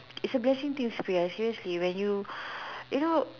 it's a blessing to use seriously when you you know